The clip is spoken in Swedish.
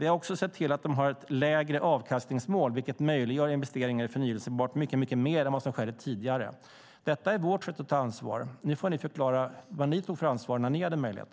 Vi har också sett till att Vattenfall har ett lägre avkastningsmål, vilket möjliggör investeringar i förnybar energi i högre grad än vad som skedde tidigare. Detta är vårt sätt att ta ansvar. Nu får ni förklara vilket ansvar som ni tog när ni hade möjlighet.